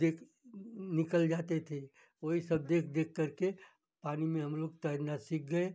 देख निकल जाते थे वही सब देख देख करके पानी में हम लोग तैरना सीख गए